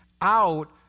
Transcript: out